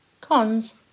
Cons